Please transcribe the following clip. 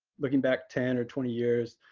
looking back ten or twenty years.